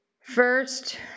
first